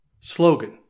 slogan